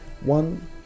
One